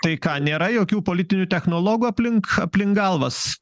tai ką nėra jokių politinių technologų aplink aplink galvas